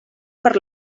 per